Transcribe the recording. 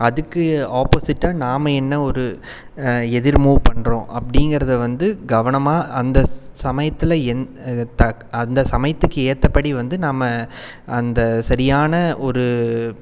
அதுக்கு ஆப்போஸிட்டாக நாம் என்ன ஒரு எதிர் மூவ் பண்ணுறோம் அப்படிங்கிறதை வந்து கவனமாக அந்த சமயத்தில் எந் அந்த சமயத்துக்கு ஏற்றப்படி வந்து நாம் அந்த சரியான ஒரு